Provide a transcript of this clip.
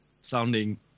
sounding